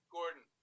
Gordon